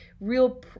real